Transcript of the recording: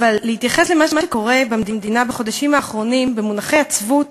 אבל להתייחס למה שקורה במדינה בחודשים האחרונים במונחי עצבות